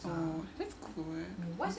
oh that's good